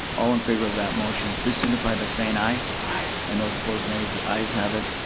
all in favor of that motion please signify by saying aye. aye. and those opposed, nays, the ayes have it.